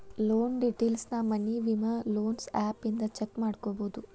loan ಡೇಟೈಲ್ಸ್ನ money view loans app ಇಂದ check ಮಾಡ್ಕೊಬೋದು